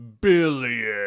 billion